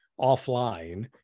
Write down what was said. offline